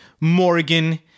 Morgan